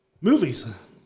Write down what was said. movies